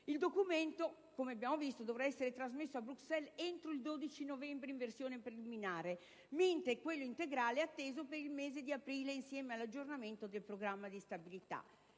Il documento dovrà essere trasmesso a Bruxelles entro il 12 novembre in versione preliminare, mentre l'integrale è atteso per il mese di aprile insieme all'aggiornamento del Programma di stabilità.